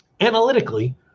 Analytically